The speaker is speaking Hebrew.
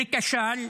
וכשל,